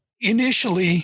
initially